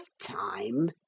time